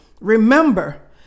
Remember